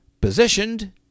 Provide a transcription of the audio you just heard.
positioned